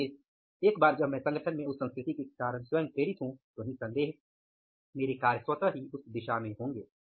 और फिर एक बार जब मैं संगठन में उस संस्कृति के कारण स्वयं प्रेरित हूं तो निस्संदेह मेरे कार्य स्वतः ही उस दिशा में होंगे